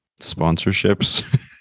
sponsorships